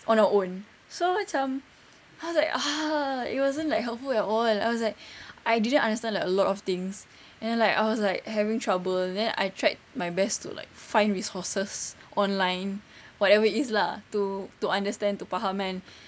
on our own so macam I was like ah it wasn't like helpful at all I was like I didn't understand like a lot of things and then like I was like having trouble then I tried my best to like find resources online whatever it is lah to to understand to faham kan